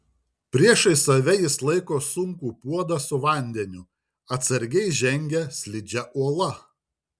priešais save jis laiko sunkų puodą su vandeniu atsargiai žengia slidžia uola